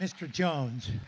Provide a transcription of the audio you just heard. mr jones